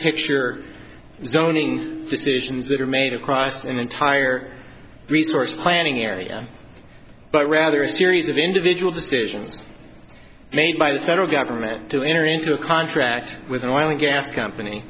zoning decisions that are made across an entire resource planning area but rather a series of individual decisions made by the federal government to enter into a contract with an oil and gas company